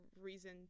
reason